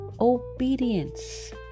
obedience